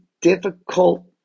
difficult